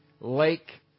Lake